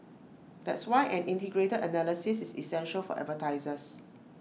that's why an integrated analysis is essential for advertisers